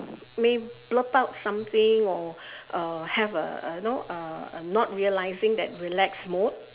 may blurt out something or uh have uh uh you know uh uh not realizing that relaxed mode